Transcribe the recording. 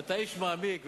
אתה איש מעמיק.